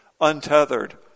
untethered